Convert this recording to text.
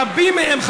רבים מהם,